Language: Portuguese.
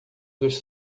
dos